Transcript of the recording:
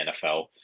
NFL